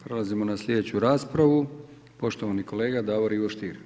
Prelazimo na sljedeću raspravu, poštovani kolega Davor Ivo Stier.